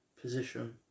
position